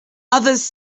others